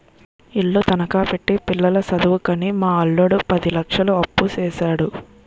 ఇల్లు తనఖా పెట్టి పిల్ల సదువుకని మా అల్లుడు పది లచ్చలు అప్పుసేసాడు